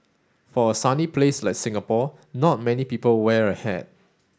for a sunny place like Singapore not many people wear a hat